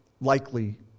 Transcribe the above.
likely